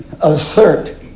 assert